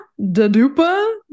dadupa